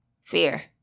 Fear